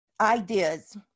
ideas